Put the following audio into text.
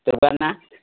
ତୋର୍ ବୁଆର୍ ନାଁ